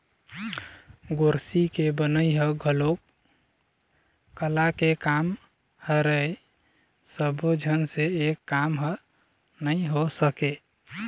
गोरसी के बनई ह घलोक कला के काम हरय सब्बो झन से ए काम ह नइ हो सके